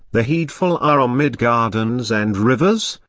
the heedful are amid gardens and rivers,